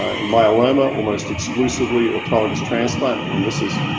ah in myeloma, almost exclusively autologous transplant. and this is